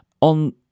on